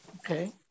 Okay